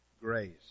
grace